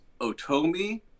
Otomi